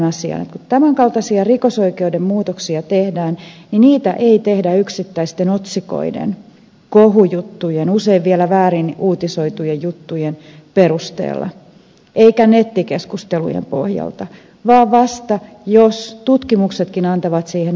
kun tämän kaltaisia rikosoikeuden muutoksia tehdään niin niitä ei tehdä yksittäisten otsikoiden kohujuttujen usein vielä väärin uutisoitujen juttujen perusteella eikä nettikeskustelujen pohjalta vaan vasta jos tutkimuksetkin antavat siihen aihetta